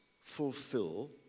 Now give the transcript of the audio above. fulfill